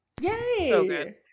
Yay